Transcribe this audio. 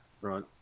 Right